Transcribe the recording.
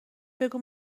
بگو